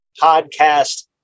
podcast